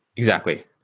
exactly.